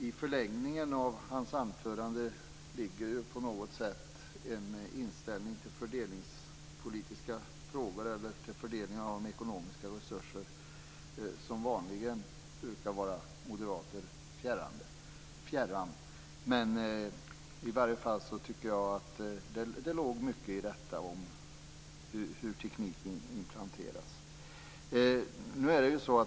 I förlängningen av hans anförande ligger en inställning till fördelningen av ekonomiska resurser som vanligen brukar vara moderater fjärran. I varje fall tycker jag att det låg mycket i det som sades om hur tekniken inplanteras.